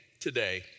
today